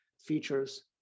features